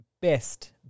best